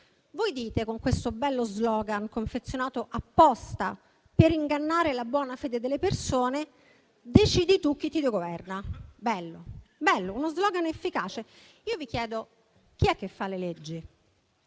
Voi dite, con un bello slogan confezionato apposta per ingannare la buona fede delle persone: decidi tu chi ti governa. Bello, è uno slogan efficace. Io vi chiedo chi è che fa le leggi,